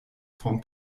vom